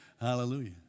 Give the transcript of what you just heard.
Hallelujah